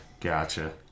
Gotcha